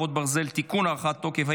חרבות ברזל) (תיקון) (הארכת תוקף),